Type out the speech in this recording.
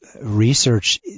research